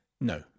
No